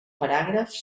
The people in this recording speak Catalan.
paràgrafs